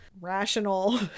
rational